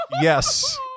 Yes